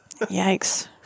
Yikes